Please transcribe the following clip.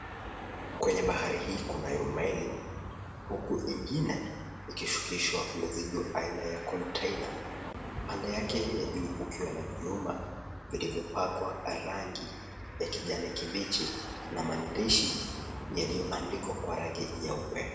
Kwenye bahari hii kunayo meli, huku ingine ikishukishwa mizigo aina ya kontena. Pande yake ya juu kukiwa na vyuma vilivyopakwa rangi ya kijani kibichi na maandishi yaliyoandikwa kwa rangi nyeupe.